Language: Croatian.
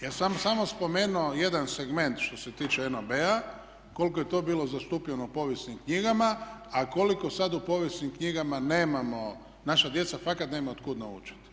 Ja sam samo spomenuo jedan segment što se tiče NOB-a koliko je to bilo zastupljeno u povijesnim knjigama, a koliko sad u povijesnim knjigama nemamo, naša djeca fakat nemaju otkud naučiti.